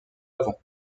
avant